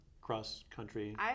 cross-country